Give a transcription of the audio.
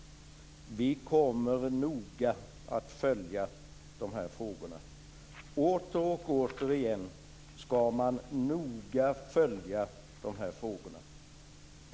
Åter och åter ska man noga följa frågorna.